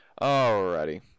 Alrighty